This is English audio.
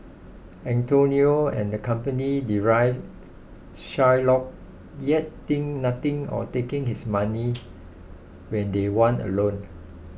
Antonio and the company deride Shylock yet think nothing of taking his money when they want a loan